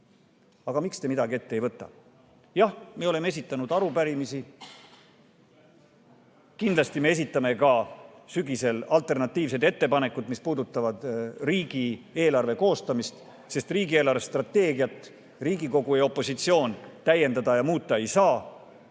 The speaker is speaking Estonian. Aga miks te midagi ette ei võta? Jah, me oleme esitanud arupärimisi. Kindlasti me esitame sügisel alternatiivsed ettepanekud, mis puudutavad riigieelarve koostamist, sest riigi eelarvestrateegiat Riigikogu ja opositsioon täiendada ja muuta ei saa.